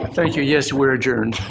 thank you. yes, we're adjourned.